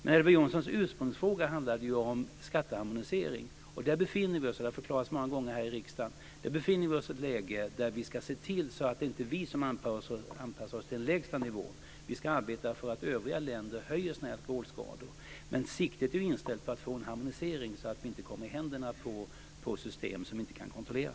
Elver Jonssons ursprungliga fråga handlade om skatteharmonisering, där vi, som har förklarats många gånger här i riksdagen, befinner oss i ett läge där vi ska se till att det inte är vi som anpassar oss till den lägsta nivån. Vi ska i stället arbeta för att övriga länder sänker sina alkoholskador. Siktet är inställt på att få till stånd en harmonisering så att vi inte kommer i händerna på system som vi inte kan kontrollera.